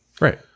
Right